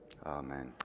Amen